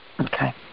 Okay